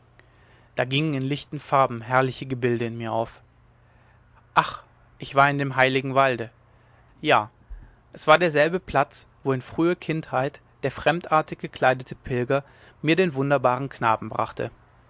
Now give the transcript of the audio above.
da gingen in lichten farben herrliche gebilde in mir auf ach ich war in dem heiligen walde ja es war derselbe platz wo in früher kindheit der fremdartig gekleidete pilger mir den wunderbaren knaben brachte